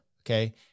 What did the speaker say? okay